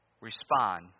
respond